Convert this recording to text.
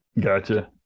Gotcha